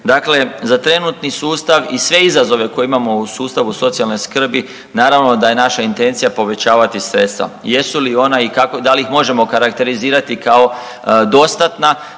Dakle, za trenutni sustav i sve izazove koje imamo u sustavu socijalne skrbi naravno da je naša intencija povećavati sredstva. Jesu li ona i da li ih možemo karakterizirati kao dostatna,